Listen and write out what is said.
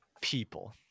people